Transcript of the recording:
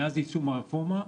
מאז יישום הרפורמה,